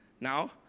now